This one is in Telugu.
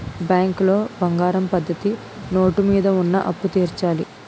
బ్యాంకులో బంగారం పద్ధతి నోటు మీద ఉన్న అప్పు తీర్చాలి